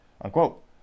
Unquote